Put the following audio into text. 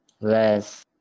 less